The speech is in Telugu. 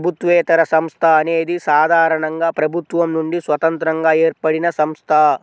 ప్రభుత్వేతర సంస్థ అనేది సాధారణంగా ప్రభుత్వం నుండి స్వతంత్రంగా ఏర్పడినసంస్థ